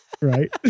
Right